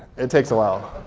it takes a while.